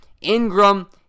Ingram